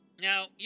Now